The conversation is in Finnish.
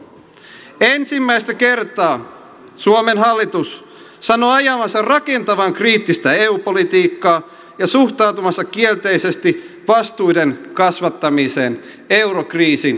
ensimmäistä kertaa suomen hallitus sanoo ajavansa rakentavan kriittistä eu politiikkaa ja suhtautuvansa kielteisesti vastuiden kasvattamiseen eurokriisin hoidossa